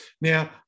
Now